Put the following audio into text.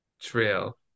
Trail